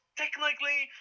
technically